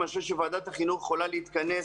אני חושב שוועדת החינוך יכולה להתכנס